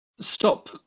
stop